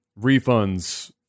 refunds